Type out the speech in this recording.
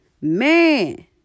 man